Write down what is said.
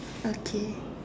okay